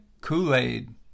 Kool-Aid